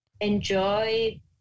enjoy